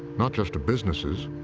not just to businesses,